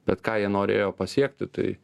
bet ką jie norėjo pasiekti tai